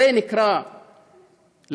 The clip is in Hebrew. זה נקרא לעשות,